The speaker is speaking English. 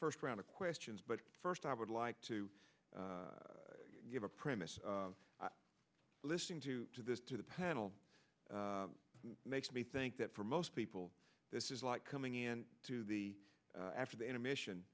first round of questions but first i would like to give a premise listening to this to the panel makes me think that for most people this is like coming in to the after the intermission